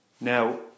Now